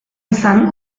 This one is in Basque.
izan